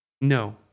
No